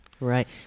Right